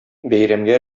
бәйрәмгә